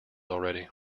already